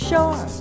Sure